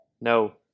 No